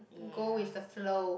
ya